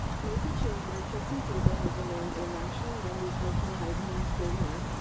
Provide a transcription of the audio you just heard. mesa cheerleader, tristin taber, has been named a national wendy's high school heisman school winner.